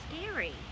Scary